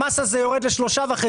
המס הזה יורד ל-3.5%,